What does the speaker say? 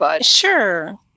Sure